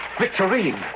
Victorine